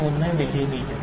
01 millimetre